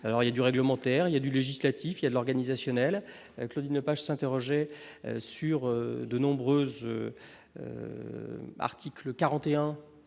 alors il y a du réglementaire, il y a du législatif, il y a l'organisationnel Claude ne pas s'interroger sur de nombreuses article 41